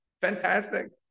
Fantastic